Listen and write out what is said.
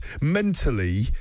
Mentally